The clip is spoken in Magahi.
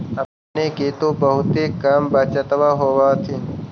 अपने के तो बहुते कम बचतबा होब होथिं?